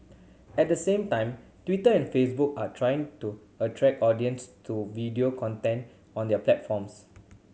at the same time Twitter and Facebook are trying to attract audience to video content on their platforms